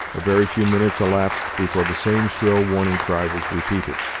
a very few minutes elapsed before the same shrill warning cry was repeated,